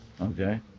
Okay